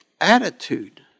attitude